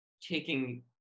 taking